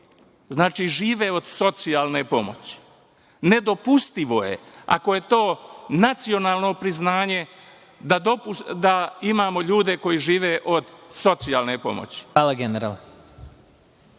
koji žive od socijalne pomoći. Nedopustivo je, ako je to nacionalno priznanje, da imamo ljude koji žive od socijalne pomoći. **Vladimir